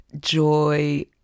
joy